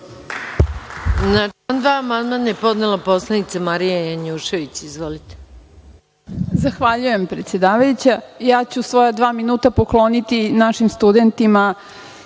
Zahvaljujem predsedavajuća. Svoja dva minuta ću pokloniti našim studentima